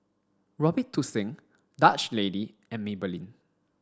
Robitussin Dutch Lady and Maybelline